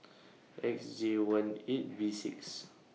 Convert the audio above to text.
X J one eight B six